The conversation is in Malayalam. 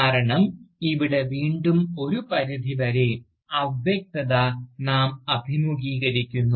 കാരണം ഇവിടെ വീണ്ടും ഒരു പരിധിവരെ അവ്യക്തത നാം അഭിമുഖീകരിക്കുന്നു